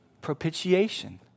propitiation